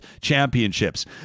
Championships